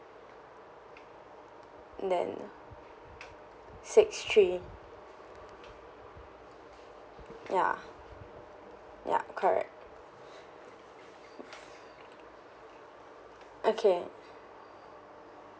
and then six three ya yup correct okay